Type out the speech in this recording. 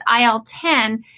IL-10